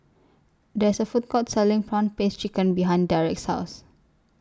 There IS A Food Court Selling Prawn Paste Chicken behind Derrick's House